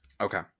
Okay